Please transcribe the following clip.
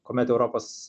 kuomet europos